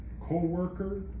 co-worker